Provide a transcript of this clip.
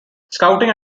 scouting